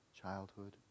childhood